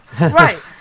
Right